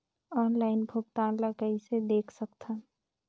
Online भुगतान ल कइसे देख सकथन?